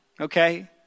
okay